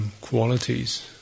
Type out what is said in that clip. Qualities